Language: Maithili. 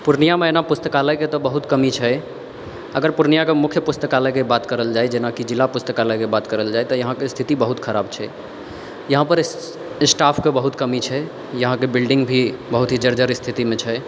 पूर्णियामे एना पुस्तकालयके एतौ बहुत कमी छै अगर पूर्णियाके मुख्य पुस्तकालयके बात करल जाइ जेनाकि जिला पुस्तकालयके बात करल जाइ तऽ यहाँके स्थिति बहुत खराब छै यहाँपर स्टाफके बहुत कमी छै यहाँके बिल्डिंग भी बहुत ही जर्जर स्थितिमे छै